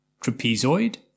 trapezoid